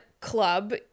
club